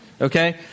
okay